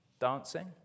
dancing